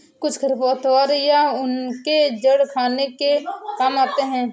कुछ खरपतवार या उनके जड़ खाने के काम आते हैं